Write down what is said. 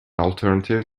alternative